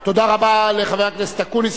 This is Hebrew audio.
תודה רבה לחבר הכנסת אקוניס.